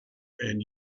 and